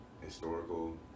Historical